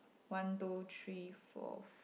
one two three four f~